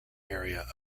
area